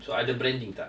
so ada branding tak